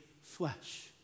flesh